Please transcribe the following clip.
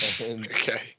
Okay